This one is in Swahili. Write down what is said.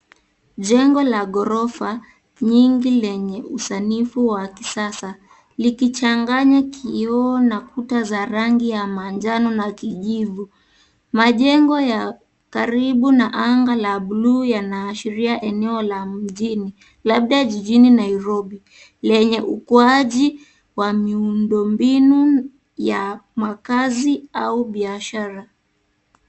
Jengo la ghorofa nyingi lenye usanifu wa kisasa likichanganya kioo na kuta za rangi ya manjano na kijivu. Majengo ya karibu na anga la buluu yanaashiria eneo la mjini, labda jijini Nairobi, lenye ukuaji wa miundombinu ya makazi au biashara.